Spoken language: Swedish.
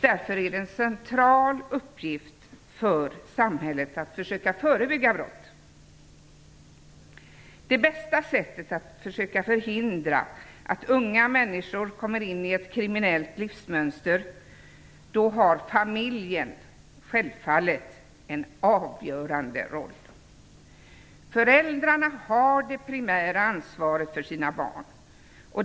Därför är det en central uppgift för samhället att försöka förebygga brott. Familjen har självfallet en avgörande roll när det gäller att förhindra unga människor att komma in i ett kriminellt livsmönster. Föräldrarna har det primära ansvaret för sina barn.